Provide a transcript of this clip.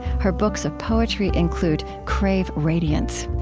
her books of poetry include crave radiance.